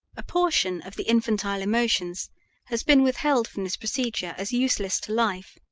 a portion of the infantile emotions has been withheld from this procedure as useless to life,